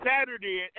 Saturday